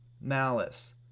malice